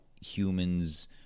humans